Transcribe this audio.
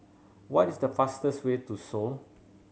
what is the fastest way to Seoul